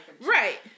Right